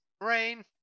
rain